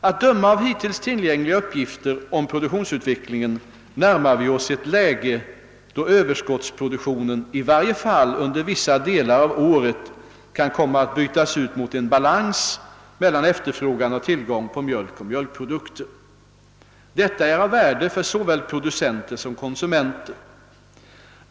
Att döma av hittills tillgängliga uppgifter om produktionsutvecklingen närmar vi oss ett läge då överskottsproduktionen i varje fall under vissa delar av året kan komma att bytas ut mot en balans mellan efterfrågan och tillgång på mjölk och mjölkprodukter. Detta är av värde för såväl producenter som konsumenter.